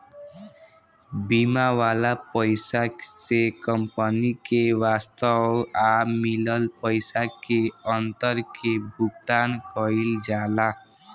बीमा वाला पइसा से कंपनी के वास्तव आ मिलल पइसा के अंतर के भुगतान कईल जाला